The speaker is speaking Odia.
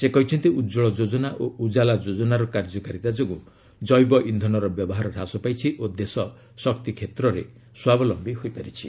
ସେ କହିଛନ୍ତି ଉତ୍କଳ ଯୋଜନା ଓ ଉଜାଲା ଯୋଜନାର କାର୍ଯ୍ୟକାରୀତା ଯୋଗୁଁ ଜୈବ ଇନ୍ଧନର ବ୍ୟବହାର ହ୍ରାସ ପାଇଛି ଓ ଦେଶ ଶକ୍ତି କ୍ଷେତ୍ରରେ ସ୍କାବଲମ୍ବି ହୋଇପାରିଛି